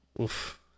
Oof